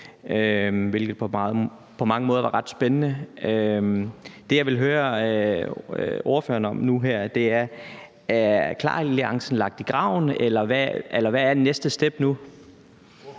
hvilket på mange måder var ret spændende. Det, jeg vil høre ordføreren om nu her, er, om KLAR-alliancen er lagt i graven, eller hvad er næste step nu?